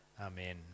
Amen